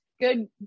good